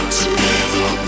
together